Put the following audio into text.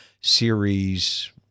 series